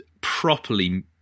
properly